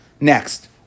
next